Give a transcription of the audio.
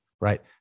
right